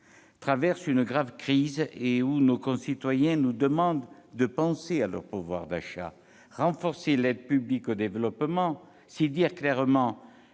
traverse une grave crise et où nos concitoyens nous demandent de penser à leur pouvoir d'achat, renforcer l'aide publique au développement, c'est dire clairement